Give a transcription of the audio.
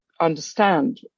understand